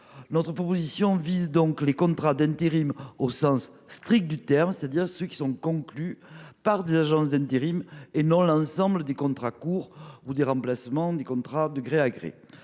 Notre proposition vise donc les contrats d’intérim au sens strict du terme, c’est à dire ceux qui sont conclus par des agences d’intérim, et non l’ensemble des contrats courts ou des contrats de gré à gré